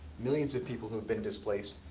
millions of people who've been displaced.